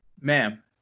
Ma'am